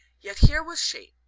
yet here was she.